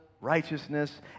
righteousness